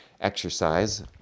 exercise